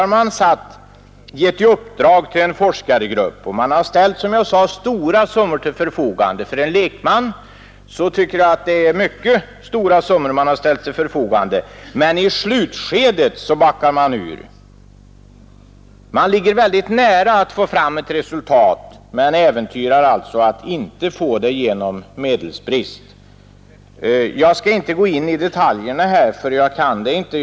Man har givit ett uppdrag till en forskargrupp, och de summor man har ställt till förfogande ter sig mycket stora för en lekman. Men i slutskedet backar man ur. Man är mycket nära att få fram ett resultat men riskerar alltså att inte få det på grund av medelsbrist. Jag skall inte gå in på detaljerna, för jag kan dem inte.